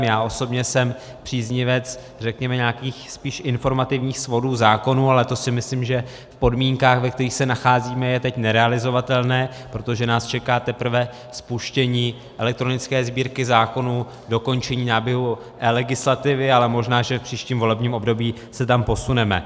Já osobně jsem příznivec nějakých spíš informativních svodů zákonů, ale to si myslím, že v podmínkách, ve kterých se nacházíme, je teď nerealizovatelné, protože nás čeká teprve spuštění elektronické Sbírky zákonů, dokončení náběhu eLegislativy, ale možná že v příštím volebním období se tam posuneme.